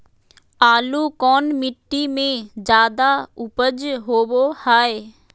आलू कौन मिट्टी में जादा ऊपज होबो हाय?